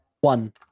One